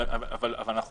אבל אנחנו